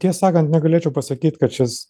ties sakant negalėčiau pasakyt kad šis